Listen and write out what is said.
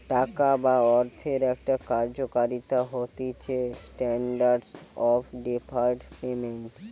টাকা বা অর্থের একটা কার্যকারিতা হতিছেস্ট্যান্ডার্ড অফ ডেফার্ড পেমেন্ট